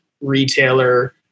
retailer